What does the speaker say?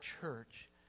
church